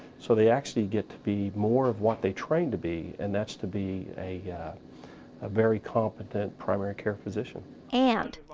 so they actually get to be more of what they trained to be, and that's to be a ah very competent primary care physician. cathy and,